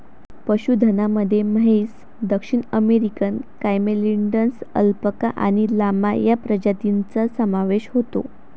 पशुधनामध्ये म्हैस, दक्षिण अमेरिकन कॅमेलिड्स, अल्पाका आणि लामा या प्रजातींचा समावेश होतो